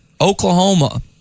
Oklahoma